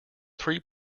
three